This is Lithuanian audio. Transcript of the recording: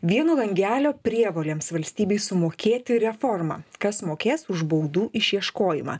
vieno langelio prievolėms valstybei sumokėti reforma kas mokės už baudų išieškojimą